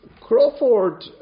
Crawford